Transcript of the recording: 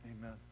Amen